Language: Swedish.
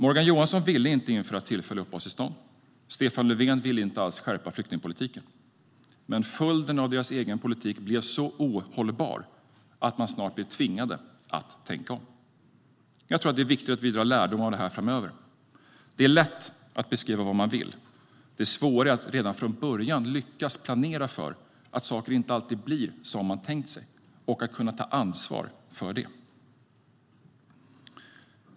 Morgan Johansson ville inte införa tillfälliga uppehållstillstånd, och Stefan Löfven ville inte alls skärpa flyktingpolitiken. Följden av deras egen politik blev dock så ohållbar att de snart blev tvingade att tänka om. Jag tror att det är viktigt att vi drar lärdom av detta framöver. Det är lätt att beskriva vad man vill. Det svåra är att redan från början lyckas planera för att saker inte alltid blir som man tänkt sig - och kunna ta ansvar för det.